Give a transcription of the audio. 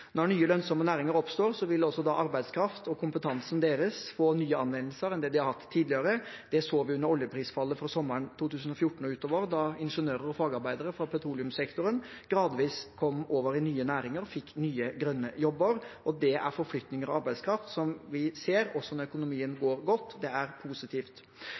Når nye, lønnsomme næringer oppstår, vil arbeidskraften og kompetansen deres få nye anvendelser enn det de har hatt tidligere. Det så vi under oljeprisfallet fra sommeren 2014 og utover, da ingeniører og fagarbeidere fra petroleumssektoren gradvis kom over i nye næringer og fikk nye grønne jobber. Det er forflytting av arbeidskraft som vi også ser når økonomien går godt. Det er positivt.